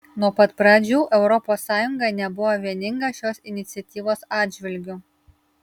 nuo pat pradžių europos sąjunga nebuvo vieninga šios iniciatyvos atžvilgiu